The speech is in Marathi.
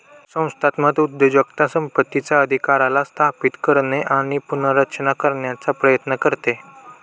संस्थात्मक उद्योजकता संपत्तीचा अधिकाराला स्थापित करणे आणि पुनर्रचना करण्याचा प्रयत्न करते